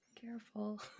Careful